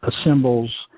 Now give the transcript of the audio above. assembles